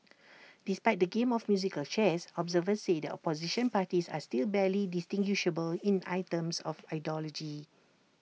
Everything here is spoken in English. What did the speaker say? despite the game of musical chairs observers say the opposition parties are still barely distinguishable in items of ideology